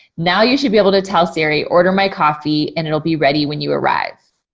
now you should be able to tell siri, order my coffee and it'll be ready when you arrive.